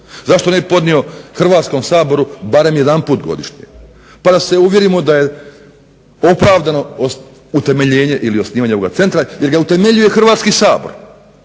Zašto ne bi podnio Hrvatskom saboru barem jedanput godišnje? Pa da se uvjerimo da je opravdano utemeljenje ili osnivanje ovoga centra jer ga utemeljuje Hrvatski sabor